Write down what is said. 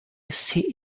see